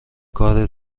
کار